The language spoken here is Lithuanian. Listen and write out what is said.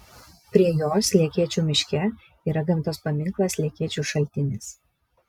prie jos lekėčių miške yra gamtos paminklas lekėčių šaltinis